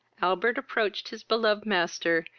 albert approached his beloved master,